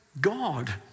God